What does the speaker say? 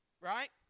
right